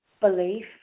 belief